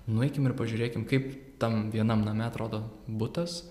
nueikim ir pažiūrėkim kaip tam vienam name atrodo butas